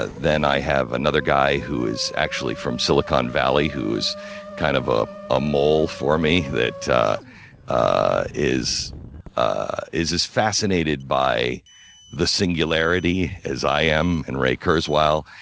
then i have another guy who is actually from silicon valley who is kind of a ah mole for me that ah is ah is as fascinated by the singularity as i am in ray kurzweil.